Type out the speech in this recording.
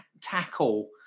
tackle